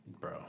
bro